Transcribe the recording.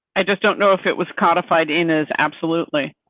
i just don't know if it was codified in as absolutely.